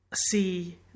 see